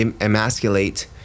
emasculate